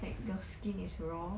like your skin is raw